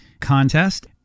contest